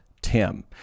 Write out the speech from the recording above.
Tim